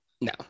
No